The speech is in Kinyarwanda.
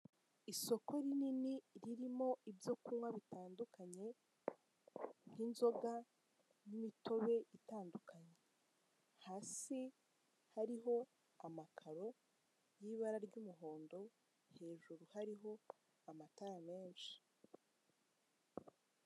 Isoko rinini ririmo ibyo kunywa bitandukanye nk'inzoga n'imitobe itandukanye, hasi hariho amakaro y'ibara ry'umuhondo hejuru hariho amatara menshi.